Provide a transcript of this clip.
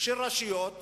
של רשויות